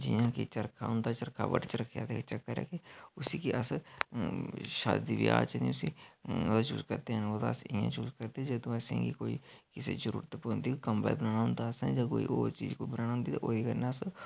जियां की चरखा हुंदा चरखा बड़ा चिर रक्खेआ ते एह् चक्क ऐ कि उस गी अस शादी ब्याह च नी उसी ओह्दा यूज करदे हैन ओह्दा अस्स इ'यां यूज करदे जदूं असेंगी कोई कुसा दी जरूरत पौंदी बनाना हुंदा असें जां कोई होर चीज बनानी होंदी ते ओह्दे कन्नै अस